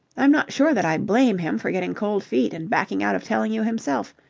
i'm not sure that i blame him for getting cold feet and backing out of telling you himself.